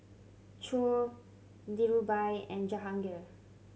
Choor Dhirubhai and Jahangir